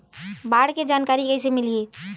बाढ़ के जानकारी कइसे मिलही?